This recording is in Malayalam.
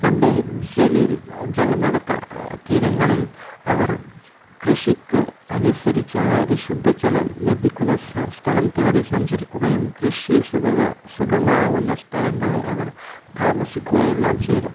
പണ്ട് തീരങ്ങളിൽ അവർ കൃഷിക്ക് അനുയോജിച്ച അതായത് ശുദ്ധജലം ലഭിക്കുന്ന സ്ഥലം തേടി സഞ്ചരിക്കുകയും കൃഷി സുഗമമാകുന്ന സ്ഥലങ്ങളിൽ അവർ താമസിക്കുകയുമെല്ലാം ചെയ്തു